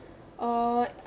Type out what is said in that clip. uh